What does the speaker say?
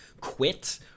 quit